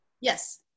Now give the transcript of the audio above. Yes